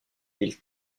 villes